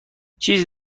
چیزی